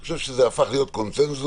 אני חושב שזה הפך להיות קונצנזוס,